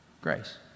grace